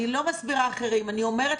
אני לא מסבירה אחרים, אני רק אומרת